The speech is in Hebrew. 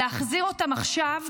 להחזיר אותם עכשיו,